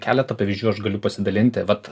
keletą pavyzdžių aš galiu pasidalinti vat